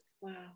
Wow